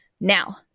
Now